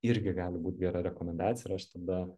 irgi gali būt gera rekomendacija ir aš tada